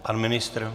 Pan ministr?